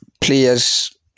players